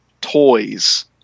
toys